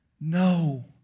no